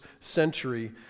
century